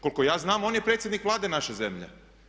Koliko ja znam on je predsjednik Vlade naše zemlje.